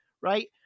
right